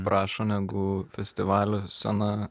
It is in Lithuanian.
prašo negu festivalio scena